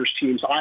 teams